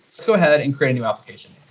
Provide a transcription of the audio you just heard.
let's go ahead and create a new application.